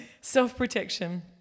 self-protection